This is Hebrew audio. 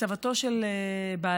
סבתו של בעלי,